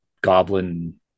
Goblin